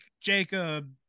Jacob